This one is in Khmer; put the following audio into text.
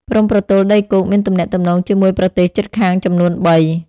ព្រំប្រទល់ដីគោកមានទំនាក់ទំនងជាមួយប្រទេសជិតខាងចំនួនបី។